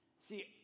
See